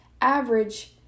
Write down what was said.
average